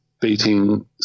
beating